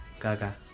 Gaga